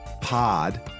pod